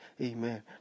Amen